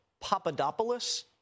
Papadopoulos